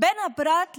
בין הפרט למדינה,